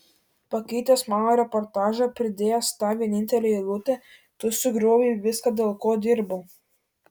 pakeitęs mano reportažą pridėjęs tą vienintelę eilutę tu sugriovei viską dėl ko dirbau